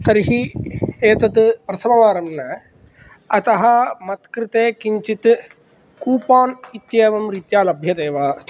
तर्हि एतत्प्रथमवारं न अतः मत्कृते किञ्चित् कूपन् इत्येवं रीत्या लभ्यते वा